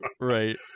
Right